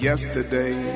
Yesterday